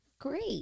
great